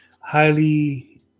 highly